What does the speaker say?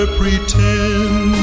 pretend